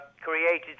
created